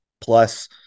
plus